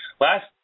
Last